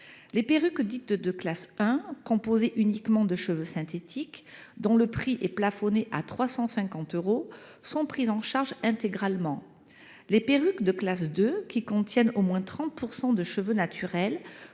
Les perruques dites de classe 1, composées uniquement de cheveux synthétiques, dont le prix est plafonné à 350 euros, sont prises en charge intégralement. Les perruques de classe 2, qui contiennent au moins 30 % de cheveux naturels,